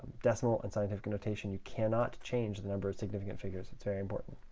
decimal and scientific notation, you cannot change the number of significant figures. it's very important.